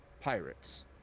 pirates